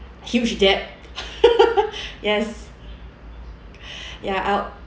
huge debt yes ya I'll